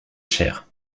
cher